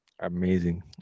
amazing